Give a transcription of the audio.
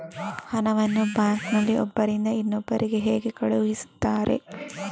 ಹಣವನ್ನು ಬ್ಯಾಂಕ್ ನಲ್ಲಿ ಒಬ್ಬರಿಂದ ಇನ್ನೊಬ್ಬರಿಗೆ ಹೇಗೆ ಕಳುಹಿಸುತ್ತಾರೆ?